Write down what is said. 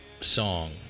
song